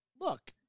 look